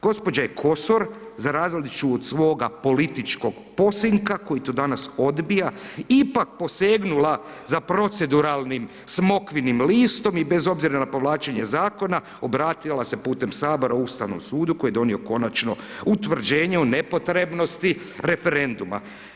Gđa. je Kosor za razliku od svoga političkog posinka koji to danas odbija, ipak posegnula za proceduralnim smokvinim listom i bez obzira na povlačenje zakona, obratila se putem HS Ustavnom sudu koji je donio konačno utvrđenje o nepotrebnosti referenduma.